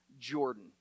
Jordan